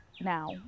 Now